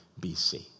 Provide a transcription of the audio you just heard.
BC